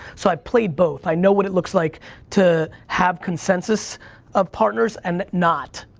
so, i've played both, i know what it looks like to have consensus of partners and not.